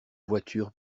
voiture